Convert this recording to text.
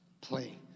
play